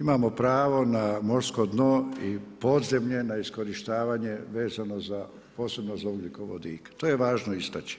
imamo pravo na morsko dno i podzemlje na iskorištavanje vezano za posebno za ugljikovodike, to je važno istaći.